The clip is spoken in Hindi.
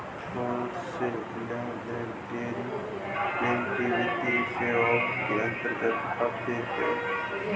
कौनसे लेनदेन गैर बैंकिंग वित्तीय सेवाओं के अंतर्गत आते हैं?